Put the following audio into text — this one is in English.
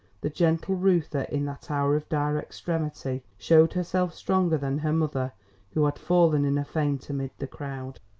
the gentle reuther in that hour of dire extremity, showed herself stronger than her mother who had fallen in a faint amid the crowd.